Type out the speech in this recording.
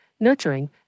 nurturing